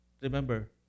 Remember